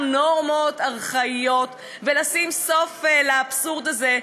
נורמות ארכאיות ולשים סוף לאבסורד הזה,